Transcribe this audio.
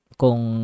kung